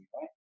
right